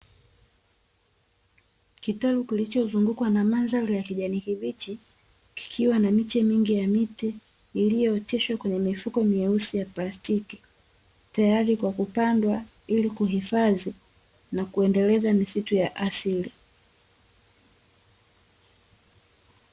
Kitalu kilichozungukwa na mandhari ya kijani kibichi kikiwa na miche mingi ya miti, iliyooteshwa kwenye mifuko myeusi ya plastiki tayari kwa kupandwa, ili kuhifadhi na kuendeleza misitu ya asili.